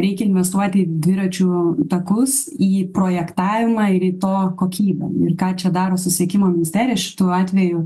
reikia investuoti į dviračių takus į projektavimą ir į to kokybę ir ką čia daro susisiekimo ministerija šitu atveju